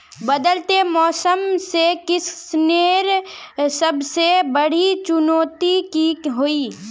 बदलते मौसम से किसानेर सबसे बड़ी चुनौती की होय?